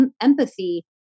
empathy